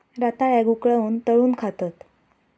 रताळ्याक उकळवून, तळून खातत